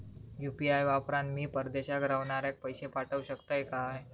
UPI वापरान मी परदेशाक रव्हनाऱ्याक पैशे पाठवु शकतय काय?